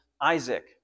Isaac